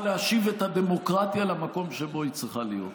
להשיב את הדמוקרטיה למקום שבו היא צריכה להיות.